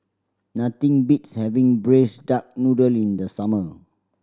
nothing beats having Braised Duck Noodle in the summer